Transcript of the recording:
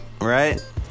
right